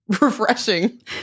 refreshing